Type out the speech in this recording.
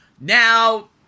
now